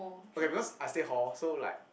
okay because I stay hall so like